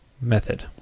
method